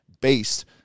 based